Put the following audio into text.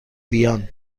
بیان